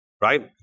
right